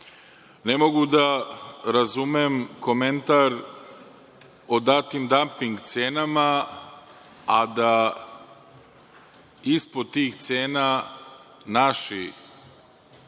mogu da razumem komentar o datim damping cenama, a da ispod tih cena naši